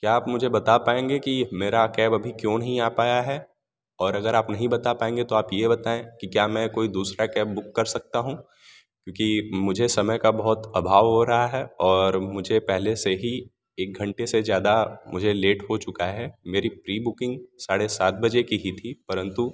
क्या आप मुझे बता पाएँगे कि मेरा कैब अभी क्यों नहीं आ पाया है और अगर आप नहीं बता पाएँगे तो आप ये बताएँ कि क्या मैं कोई दूसरा कैब बुक कर सकता हूँ क्योंकि मुझे समय का बहुत अभाव हो रहा है और मुझे पहले से ही एक घंटे से ज़्यादा मुझे लेट हो चुका है मेरी प्री बुकिंग साढ़े सात बजे की ही थी परंतु